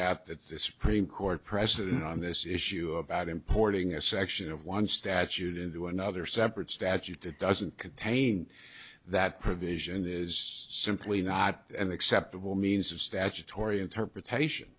out that the supreme court precedent on this issue about importing a section of one statute into another separate statute that doesn't contain that provision is simply not acceptable means of statutory interpretation